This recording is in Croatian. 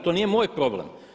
To nije moj problem.